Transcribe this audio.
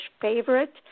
favorite